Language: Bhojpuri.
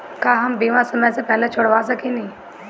का हम बीमा समय से पहले छोड़वा सकेनी?